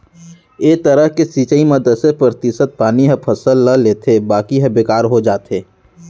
ए तरह के सिंचई म दसे परतिसत पानी ह फसल ल लेथे बाकी ह बेकार हो जाथे